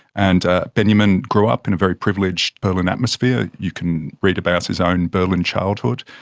and benjamin grew up in a very privileged berlin atmosphere, you can read about his own berlin childhood,